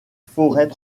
forêts